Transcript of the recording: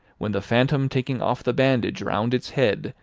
when the phantom taking off the bandage round its head,